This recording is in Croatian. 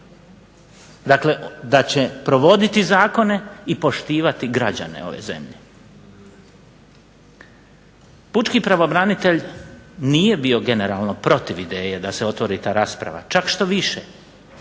Dakle, da će provoditi zakone i poštivati građane ove zemlje. Pučki pravobranitelj nije bio generalno protiv ideje da se otvori ta rasprava, čak što više.